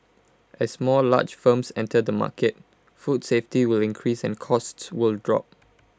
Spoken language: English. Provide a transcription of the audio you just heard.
as more large firms enter the market food safety will increase and costs will drop